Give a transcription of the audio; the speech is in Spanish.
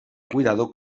cuidado